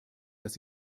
dass